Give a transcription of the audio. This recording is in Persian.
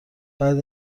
بعد